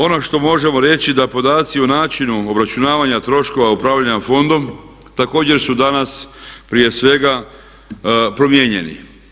Ono što možemo reći da podaci o načinu obračunavanja troškova upravljanja Fondom također su danas prije svega promijenjeni.